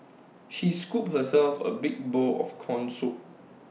she scooped herself A big bowl of Corn Soup